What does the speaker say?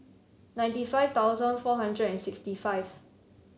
ninety five thousand four hundred and sixty five